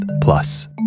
Plus